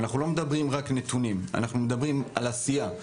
זה גם העשייה.